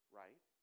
right